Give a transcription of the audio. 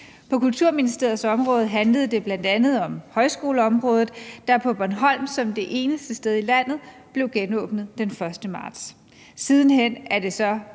På Kulturministeriets område handlede det bl.a. om højskoleområdet, der på Bornholm som det eneste sted i landet blev genåbnet den 1. marts. Siden hen er det så